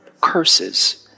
curses